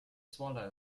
swallow